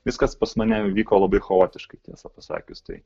viskas pas mane vyko labai chaotiškai tiesą pasakius tai